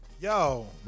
Yo